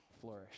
flourish